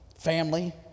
Family